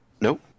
Nope